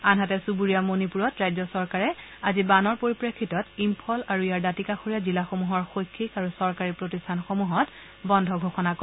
আনহাতে চুবুৰীয়া মণিপুৰত ৰাজ্য চৰকাৰে আজি বানৰ পৰিপ্ৰেক্ষিতত ইম্ফল আৰু ইয়াৰ দাঁতিকাৰীয়া জিলাসমূহৰ শৈক্ষিক আৰু চৰকাৰী প্ৰতিষ্ঠানসমূহত বন্ধ ঘোষণা কৰে